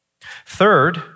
Third